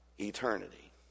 eternity